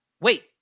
Wait